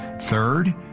Third